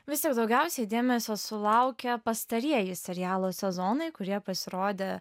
vis tiek daugiausiai dėmesio sulaukė pastarieji serialo sezonai kurie pasirodė